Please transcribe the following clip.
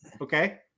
Okay